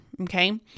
okay